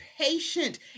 patient